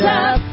up